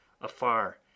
afar